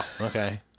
okay